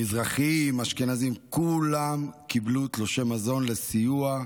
מזרחים, אשכנזים, כולם קיבלו תלושי מזון לסיוע.